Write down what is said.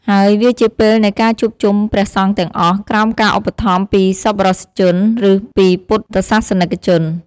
ហើយវាជាពេលនៃការជួបជុំព្រះសង្ឃទាំងអស់ ក្រោមការឧបត្ថម្ភពីសប្បុរសជន ឬពីពុទ្ធសាសនិកជន ។